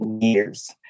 years